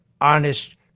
honest